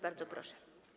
Bardzo proszę.